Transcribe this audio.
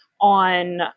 on